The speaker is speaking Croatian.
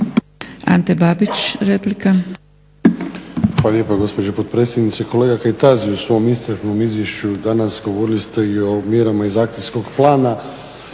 Ante (HDZ)** Hvala lijepa gospođo potpredsjednice. Kolega Kajtazi u svom iscrpnom izvješću danas govorili ste i o mjerama iz Akcijskog plana